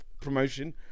promotion